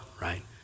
right